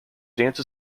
dance